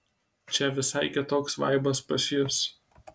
čia visai kitoks vaibas pas jus